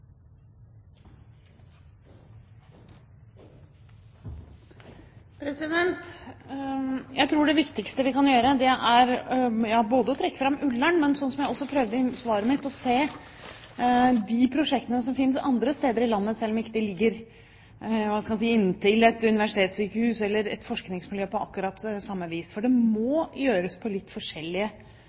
landet? Jeg tror det viktigste vi kan gjøre, i tillegg til å trekke fram Ullern, er – som jeg også prøvde å gi uttrykk for i svaret mitt – å se de prosjektene som finnes andre steder i landet, selv om de ikke ligger inntil et universitetssykehus eller et forskningsmiljø på akkurat samme vis. For dette må gjøres på litt forskjellige